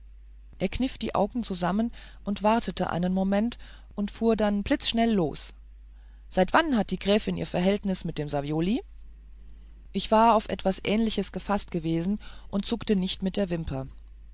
er kniff die augen zusammen wartete einen moment und fuhr blitzschnell los seit wann hat die gräfin ihr verhältnis mit dem savioli ich war auf etwas ähnliches gefaßt gewesen und zuckte nicht mit der wimper